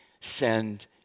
Send